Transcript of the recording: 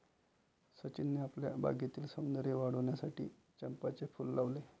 सचिनने आपल्या बागेतील सौंदर्य वाढविण्यासाठी चंपाचे फूल लावले